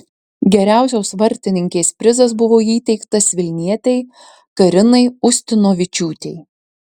geriausios vartininkės prizas buvo įteiktas vilnietei karinai ustinovičiūtei